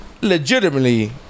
legitimately